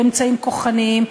באמצעים כוחניים,